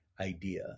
idea